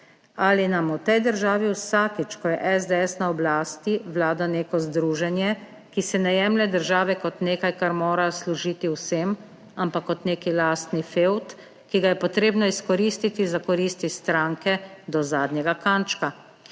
ali nam v tej državi vsakič, ko je SDS na oblasti, vlada neko združenje, ki si ne jemlje države kot nekaj, kar mora služiti vsem, ampak kot neki lastni fevd, ki ga je potrebno izkoristiti za koristi stranke do zadnjega kančka.